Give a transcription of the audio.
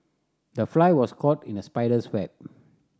the fly was caught in a spider's web